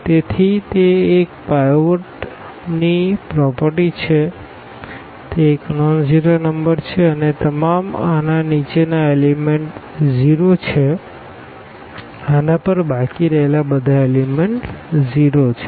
તેથી તે એ છે કે તે પાઈવોટ ની પ્રોપરટી છે તે એક નોનઝીરો નંબર છે અને તમામ આના નીચેના એલીમેન્ટ 0 છે આના પર બાકી રહેલા બધા એલીમેન્ટ 0 છે